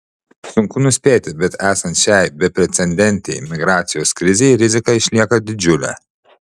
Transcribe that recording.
sunku nuspėti bet esant šiai beprecedentei migracijos krizei rizika išlieka didžiulė